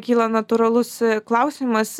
kyla natūralus klausimas